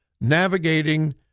navigating